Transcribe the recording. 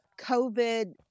COVID